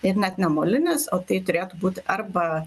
ir net ne molinis o tai turėtų būti arba